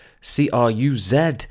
C-R-U-Z